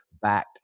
back